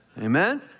Amen